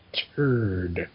turd